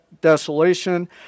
desolation